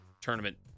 tournament